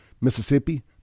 Mississippi